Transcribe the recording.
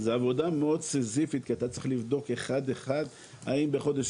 זו עבודה מאוד סיזיפית כי אתה צריך לבדוק אחד אחד האם בחודש